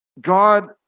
God